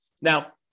Now